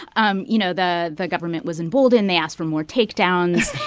um you know, the the government was emboldened. they asked for more takedowns.